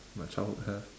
my childhood have